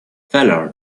feller